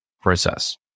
process